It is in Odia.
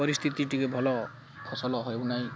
ପରିସ୍ଥିତି ଟିକେ ଭଲ ଫସଲ ହେଉନାହିଁ